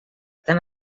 tant